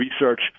research